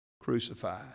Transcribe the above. crucified